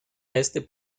este